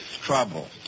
trouble